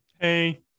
hey